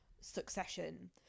succession